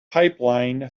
pipeline